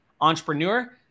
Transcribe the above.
entrepreneur